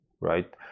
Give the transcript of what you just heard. right